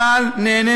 צה"ל נהנה